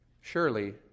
surely